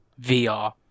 VR